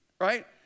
Right